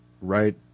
right